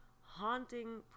haunting